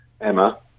Emma